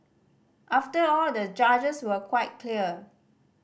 after all the judges were quite clear